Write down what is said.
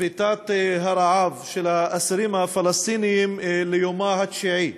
שביתת הרעב של האסירים הפלסטינים ליומה התשיעי.